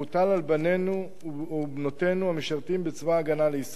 בנינו ובנותינו המשרתים בצבא-הגנה לישראל.